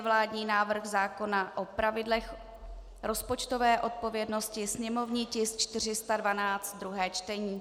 Vládní návrh zákona o pravidlech rozpočtové odpovědnosti /sněmovní tisk 412/ druhé čtení